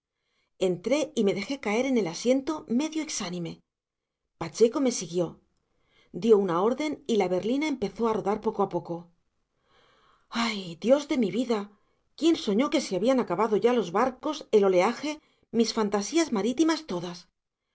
entré y me dejé caer en el asiento medio exánime pacheco me siguió dio una orden y la berlina empezó a rodar poco a poco ay dios de mi vida quién soñó que se habían acabado ya los barcos el oleaje mis fantasías marítimas todas